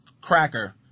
cracker